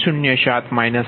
6007 4120